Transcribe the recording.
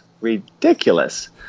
ridiculous